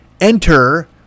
enter